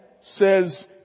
says